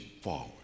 forward